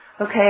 Okay